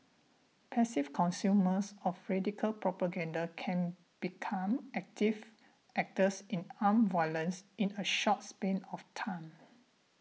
passive consumers of radical propaganda can become active actors in armed violence in a short span of time